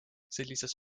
sellises